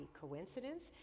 coincidence